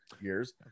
years